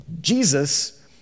Jesus